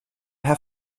herr